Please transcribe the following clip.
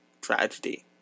tragedy